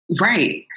Right